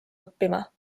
õppima